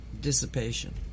dissipation